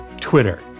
Twitter